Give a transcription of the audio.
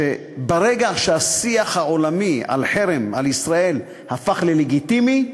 חשוב להדגיש שברגע שהשיח העולמי על חרם על ישראל הפך ללגיטימי,